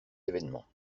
événements